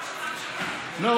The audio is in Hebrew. לא.